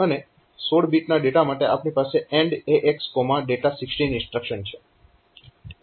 અને 16 bit data માટે આપણી પાસે AND AXdata16 ઇન્સ્ટ્રક્શન છે